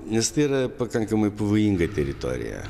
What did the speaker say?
nes tai yra pakankamai pavojinga teritorija